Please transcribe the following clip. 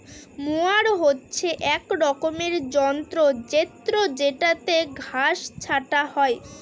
mower হচ্ছে এক রকমের যন্ত্র জেত্রযেটাতে ঘাস ছাটা হয়